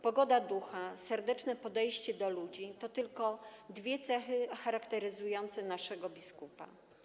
Pogoda ducha, serdeczne podejście do ludzi to tylko dwie cechy charakteryzujące naszego biskupa.